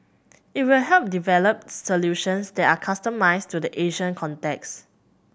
it will help develop solutions that are customised to the Asian context